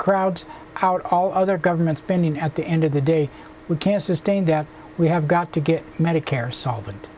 crowds out all other government spending at the end of the day we can't sustain that we have got to get medicare solvent